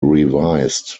revised